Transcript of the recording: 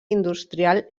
industrial